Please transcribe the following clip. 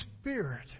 Spirit